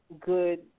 good